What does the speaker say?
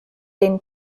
den